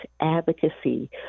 advocacy